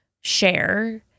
share